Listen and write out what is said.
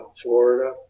Florida